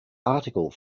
article